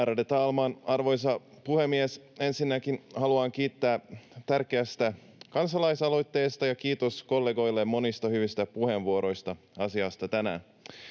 arvoisa puhemies! Ensinnäkin haluan kiittää tärkeästä kansalaisaloitteesta, ja kiitos kollegoille monista hyvistä puheenvuoroista asiasta tänään.